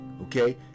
Okay